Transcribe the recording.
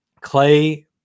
Clay